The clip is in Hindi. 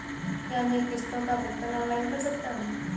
क्या मैं किश्तों का भुगतान ऑनलाइन कर सकता हूँ?